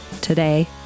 today